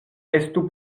estu